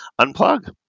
unplug